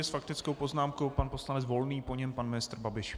S faktickou poznámkou pan poslanec Volný, po něm pan ministr Babiš.